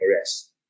arrest